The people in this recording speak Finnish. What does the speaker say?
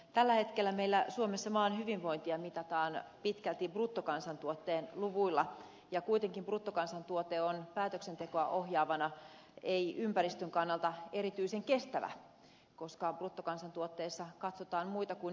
tällä hetkellä meillä suomessa maan hyvinvointia mitataan pitkälti bruttokansantuotteen luvuilla ja kuitenkaan bruttokansantuote päätöksentekoa ohjaavana mittarina ei ole ympäristön kannalta erityisen kestävä koska bruttokansantuotteessa katsotaan muita kuin ympäristöarvoja